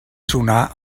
sonar